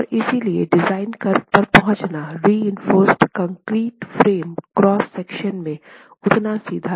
और इसलिए design curve पर पहुँचना reinforced concrete frame cross section में उतना सीधा नहीं है